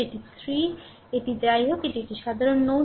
এটি 3 এটি যাই হোক এটি একটি সাধারণ নোড